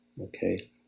Okay